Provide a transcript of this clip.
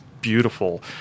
beautiful